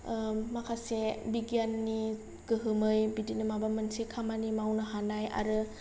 माखासे बिगियाननि गोहोमै बिदिनो माबा मोनसे खामानि मावनो हानाय आरो